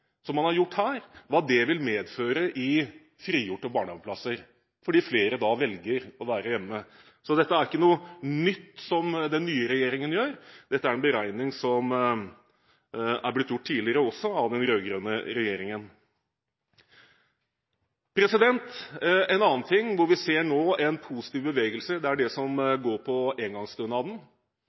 som man har gjort her, hva det vil medføre i frigjorte barnehageplasser fordi flere velger å være hjemme. Så dette er ikke noe nytt som den nye regjeringen gjør. Dette er en beregning som også er blitt gjort tidligere, av den rød-grønne regjeringen. En annen sak hvor vi nå ser en positiv bevegelse, er det som går på engangsstønaden.